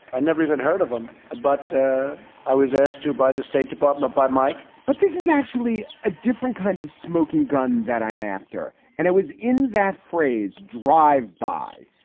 i never even heard of him. ah but i was asked to by the state department, by mike but this is actually a different kind of smoking gun that i'm after. and it was in that phrase, drive by.